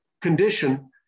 condition